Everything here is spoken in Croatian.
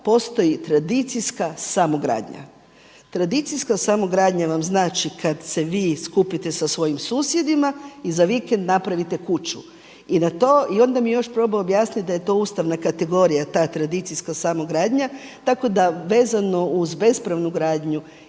postoji tradicijska samogradnja.“ Tradicijska samogradnja vam znači kada se vi skupite sa svojim susjedima i za vikend napravite kuću i na to i onda mi je još probao objasniti da je to ustavna kategorija ta tradicijska samogradnja. Tako da vezano uz bespravnu gradnju